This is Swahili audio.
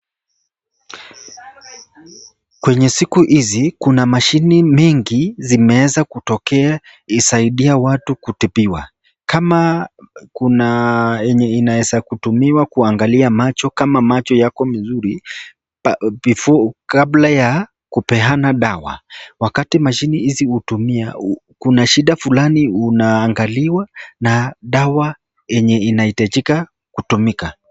Kwenye siku hizi, kuna mashini mingi zimeweza kutokea isaidie watu kutibiwa. Kama kuna yenye inaweza kutumiwa kuangalia macho kama macho yako mizuri before kabla ya kupeana dawa. Wakati mashini hizi hutumia, kuna shida fulani unaangaliwa na dawa yenye inahitajika kutumika.